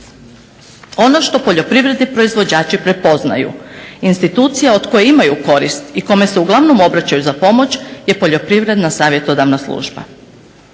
Ono što poljoprivredni proizvođači prepoznaju institucija od koje imaju korist i kome se uglavnom obraćaju za pomoć je Poljoprivredna savjetodavna služba.